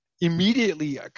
immediately